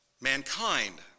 mankind